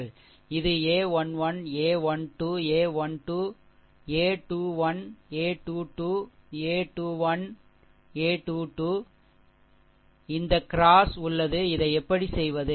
இது a 1 1 a 1 2 a 1 2 a 21 a 2 2 a 2 2 a 2 1 a 2 2 a 2 2 இந்த x cross உள்ளது இதை எப்படி செய்வது